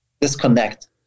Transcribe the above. disconnect